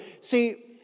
see